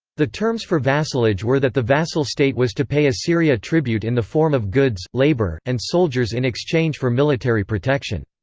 the terms for vassalage were that the vassal state was to pay assyria tribute in the form of goods, labor, and soldiers in exchange for military protection.